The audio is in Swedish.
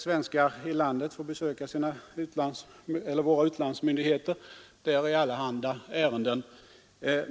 Svenskar i landet får besöka våra utlandsmyndigheter där i allehanda ärenden.